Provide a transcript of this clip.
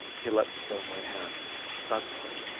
he let go my hand suddenly,